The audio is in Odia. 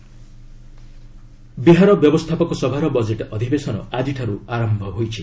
ବିହାର ସେସନ୍ ବିହାର ବ୍ୟବସ୍ଥାପକ ସଭାର ବଜେଟ୍ ଅଧିବେଶନ ଆଜିଠାରୁ ଆରମ୍ଭ ହୋଇଛି